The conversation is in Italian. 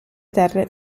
terre